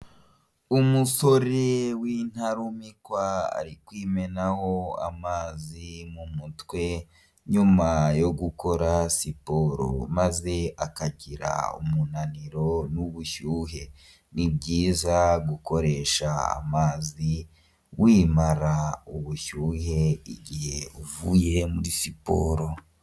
Umusore w'intarumikwa ari kumenaho amazi mu mutwe nyuma yo gukora siporo maze akagira umunaniro n'ubushyuhe, ni byizayiza gukoresha amazi wimara ubushyuhe igihe uvuye muri siporo.